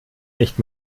nicht